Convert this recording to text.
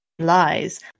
lies